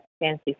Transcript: fancy